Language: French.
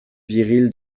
viril